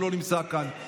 שלא נמצא כאן.